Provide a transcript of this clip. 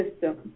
system